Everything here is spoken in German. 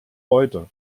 heute